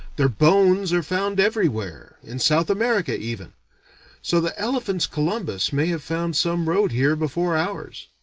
their bones are found everywhere, in south america even so the elephants' columbus may have found some road here before ours.